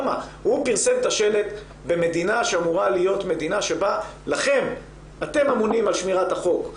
הוא פרסם את השלט במדינה שבה אתם אמונים על שמירת החוק.